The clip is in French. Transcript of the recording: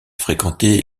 fréquenté